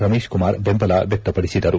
ರಮೇಶ್ಕುಮಾರ್ ಬೆಂಬಲ ವ್ಯಕ್ತಪಡಿಸಿದರು